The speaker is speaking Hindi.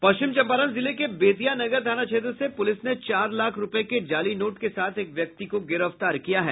पश्चिम चम्पारण जिले के बेतिया नगर थाना क्षेत्र से पुलिस ने चार लाख रुपये के जाली नोट के साथ एक व्यक्ति को गिरफ्तार किया है